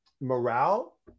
morale